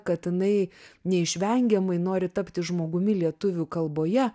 kad jinai neišvengiamai nori tapti žmogumi lietuvių kalboje